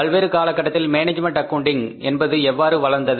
பல்வேறு காலகட்டத்தில் management accounting என்பது எவ்வாறு வளர்ந்தது